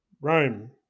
Rome